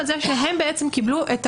על זה שהם קיבלו את